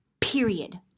period